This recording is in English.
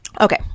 okay